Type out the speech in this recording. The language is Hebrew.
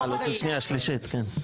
אה, שנייה-שלישית, כן.